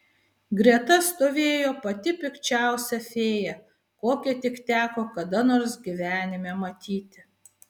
greta stovėjo pati pikčiausia fėja kokią tik teko kada nors gyvenime matyti